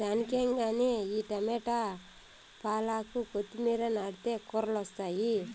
దానికేం గానీ ఈ టమోట, పాలాకు, కొత్తిమీర నాటితే కూరలొస్తాయి